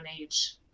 age